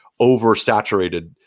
oversaturated